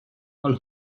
while